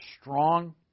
strong